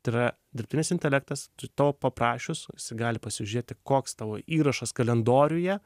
tai yra dirbtinis intelektas tau paprašius jisai gali pasižiūrėti koks tavo įrašas kalendoriuje